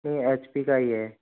नहीं H P का ही है